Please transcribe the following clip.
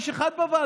איש אחד בוועדות.